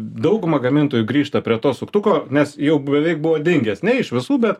dauguma gamintojų grįžta prie to suktuko nes jau beveik buvo dingęs ne iš visų bet